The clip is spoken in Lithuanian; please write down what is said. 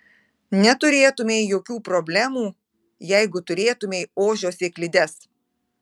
neturėtumei jokių problemų jeigu turėtumei ožio sėklides